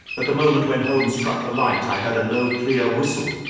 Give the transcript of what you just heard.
at the moment when holmes struck the light i heard a low, clear whistle,